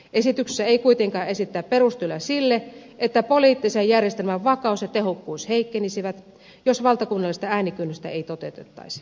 esityksessä ei kuitenkaan esitetä perusteluja sille että poliittisen järjestelmän vakaus ja tehokkuus heikkenisivät jos valtakunnallista äänikynnystä ei toteutettaisi